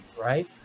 right